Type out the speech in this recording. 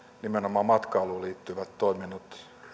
nimenomaan matkailuun liittyvät toiminnot